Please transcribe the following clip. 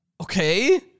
okay